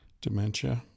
dementia